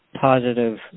positive